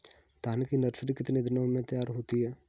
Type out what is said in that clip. धान की नर्सरी कितने दिनों में तैयार होती है?